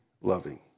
loving